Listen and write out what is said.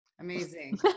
Amazing